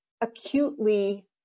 acutely